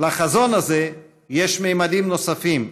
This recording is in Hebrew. לחזון הזה יש ממדים נוספים,